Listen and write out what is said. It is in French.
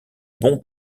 bon